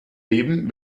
leben